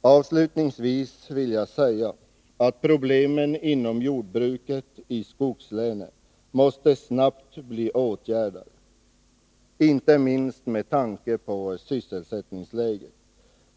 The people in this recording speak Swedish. Avslutningsvis vill jag säga att problemen inom jordbruket i skogslänen måste snabbt bli åtgärdade, inte minst med tanke på sysselsättningsläget.